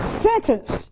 sentence